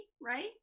right